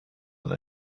than